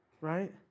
Right